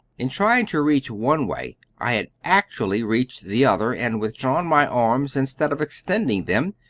in trying to reach one way i had actually reached the other, and withdrawn my arms instead of extending them,